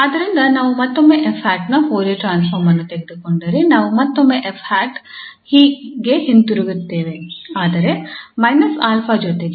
ಆದ್ದರಿಂದ ನಾವು ಮತ್ತೊಮ್ಮೆ 𝑓̂ ನ ಫೋರಿಯರ್ ಟ್ರಾನ್ಸ್ಫಾರ್ಮ್ ಅನ್ನು ತೆಗೆದುಕೊಂಡರೆ ನಾವು ಮತ್ತೊಮ್ಮೆ 𝑓̂ ಗೆ ಹಿಂತಿರುಗುತ್ತೇವೆ ಆದರೆ - 𝛼 ಜೊತೆಗೆ